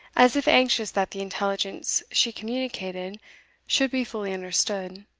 as if anxious that the intelligence she communicated should be fully understood